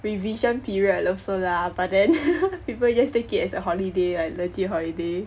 revision period also lah but then people just take it as a holiday like legit holiday